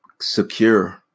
secure